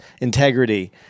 integrity